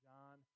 John